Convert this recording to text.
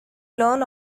learn